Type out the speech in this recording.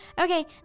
Okay